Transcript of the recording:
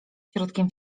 środkiem